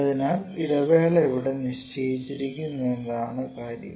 അതിനാൽ ഇടവേള എവിടെ നിശ്ചയിച്ചിരിക്കുന്നു എന്നതാണ് കാര്യം